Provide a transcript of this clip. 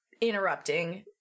interrupting